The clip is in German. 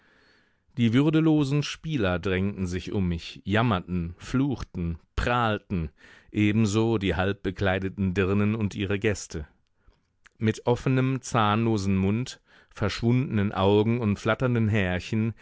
die würdelosen spieler drängten sich um mich jammerten fluchten prahlten ebenso die halbbekleideten dirnen und ihre gäste mit offenem zahnlosen mund verschwundenen augen und flatternden härchen